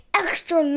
extra